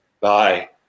Bye